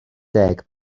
deg